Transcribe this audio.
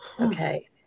Okay